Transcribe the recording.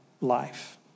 life